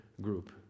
group